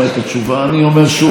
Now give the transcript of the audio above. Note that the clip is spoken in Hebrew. לא ראוי ולא מכובד,